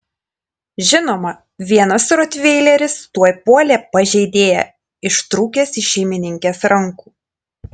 žinoma vienas rotveileris tuoj puolė pažeidėją ištrūkęs iš šeimininkės rankų